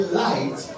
light